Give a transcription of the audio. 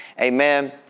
Amen